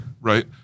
Right